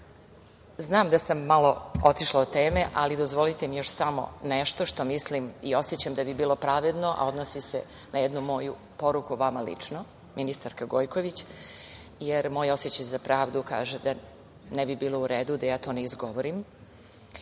da sam malo otišla od teme, ali dozvolite mi još samo nešto što mislim i osećam da bi bilo pravedno, a odnosi se na jednu moju poruku vama lično, ministarka Gojković, jer moj osećaj za pravdu kaže da ne bi bilo u redu da ja to ne izgovorim. Prethodni